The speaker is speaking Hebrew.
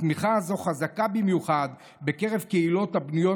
התמיכה הזו חזקה במיוחד בקרב קהילות הבנויות